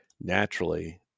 naturally